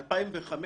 2005,